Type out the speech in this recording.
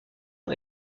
est